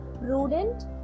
prudent